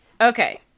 Okay